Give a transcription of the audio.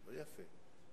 לא יפה.